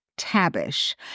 Tabish